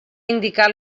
indicar